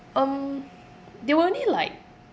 um there were only like